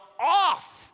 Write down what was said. off